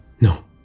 No